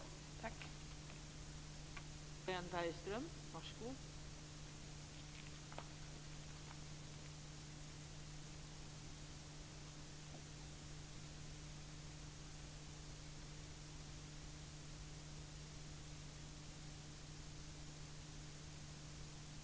Tack!